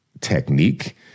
technique